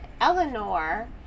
Eleanor